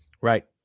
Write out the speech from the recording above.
Right